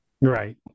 Right